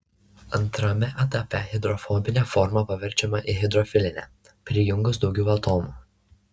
antrame etape hidrofobinė forma paverčiama į hidrofilinę prijungus daugiau atomų